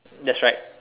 that's right